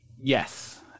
Yes